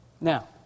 Now